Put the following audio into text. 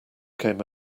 came